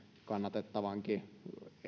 kannatettavankin